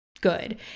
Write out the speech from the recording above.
good